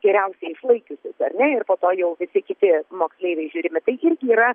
geriausiai išlaikiusius ar ne ir po to jau visi kiti moksleiviai žiūrimi tai irgi yra